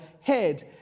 head